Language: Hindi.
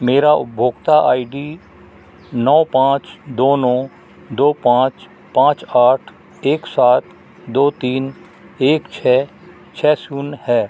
मेरा उपभोक्ता आई डी नौ पाँच दो नौ दो पाँच पाँच आठ एक सात दो तीन एक छः छह शून्य है